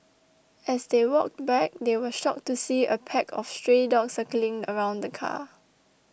as they walked back they were shocked to see a pack of stray dogs circling around the car